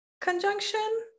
conjunction